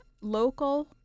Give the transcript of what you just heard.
local